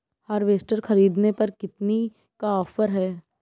Harvester ख़रीदने पर कितनी का ऑफर है?